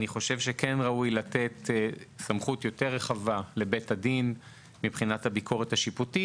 לדעתי ראוי לתת סמכות יותר רחבה לבית הדין מבחינת הביקורת השיפוטית.